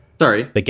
Sorry